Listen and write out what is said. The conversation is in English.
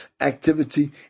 activity